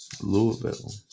Louisville